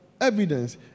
evidence